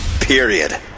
Period